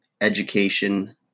education